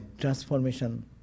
Transformation